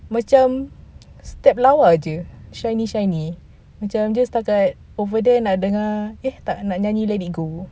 macam step lawa jer shiny shiny macam dia setakat over then I dengar eh tak nak nanyi let it go